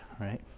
right